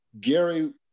Gary